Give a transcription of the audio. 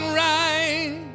right